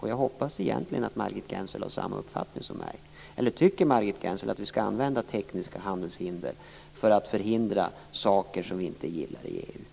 Jag hoppas att Margit Gennser har samma uppfattning som jag. Eller tycker Margit Gennser att vi skall använda tekniska handelshinder för att förhindra sådant som vi inte gillar i EU?